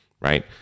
right